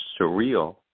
surreal